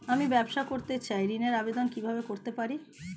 আমি ব্যবসা করতে চাই ঋণের আবেদন কিভাবে করতে পারি?